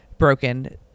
broken